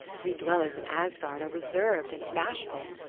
we dwellers in asgard are reserved and bashful.